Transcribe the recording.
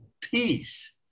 peace